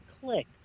click